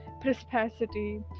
prosperity